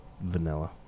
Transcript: vanilla